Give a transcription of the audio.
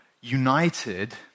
united